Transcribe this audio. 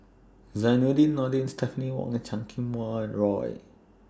Zainudin Nordin Stephanie Wong and Chan Kum Wah Roy